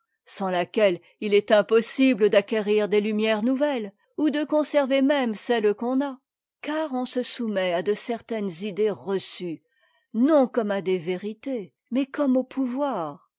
sans laquelle il est impossible d'acquérir des lumières nouvelles ou de conserver même celles qu'on a car on se soumet à de certaines idées reçues non comme à des vérités mais comme au pouvoir